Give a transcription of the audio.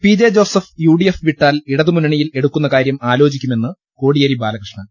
P J Joseph UDF വിട്ടാൽ ഇടതുമുന്നണിയിൽ എടുക്കുന്നകാര്യം ആലോചിക്കുമെന്ന് കോടിയേരി ബാല കൃഷ്ണൻ